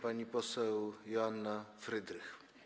Pani poseł Joanna Frydrych.